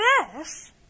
Yes